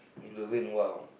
in the rain while